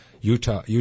Utah